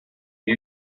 new